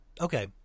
Okay